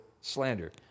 slander